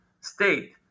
state